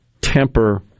temper